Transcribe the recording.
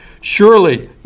Surely